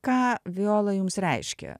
ką viola jums reiškia